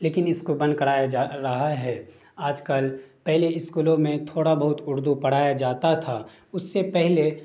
لیکن اس کو بند کرایا جا رہا ہے آج کل پہلے اسکولوں میں تھوڑا بہت اردو پڑھایا جاتا تھا اس سے پہلے